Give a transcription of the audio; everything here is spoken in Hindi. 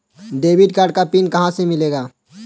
डेबिट कार्ड का पिन कहां से मिलेगा?